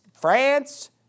France